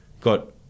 got